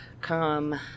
come